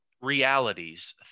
realities